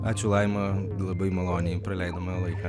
ačiū laima labai maloniai praleidome laiką